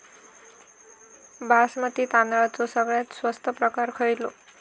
बासमती तांदळाचो सगळ्यात स्वस्त प्रकार खयलो?